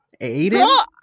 Aiden